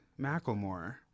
Macklemore